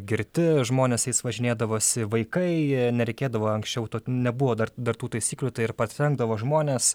girti žmonės jais važinėdavosi vaikai nereikėdavo anksčiau to nebuvo dar dar tų taisyklių tai ir partrenkdavo žmones